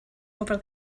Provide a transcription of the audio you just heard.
over